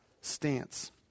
stance